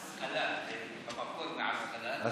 עסקלאן, זה במקור מעסקלאן, אשקלון.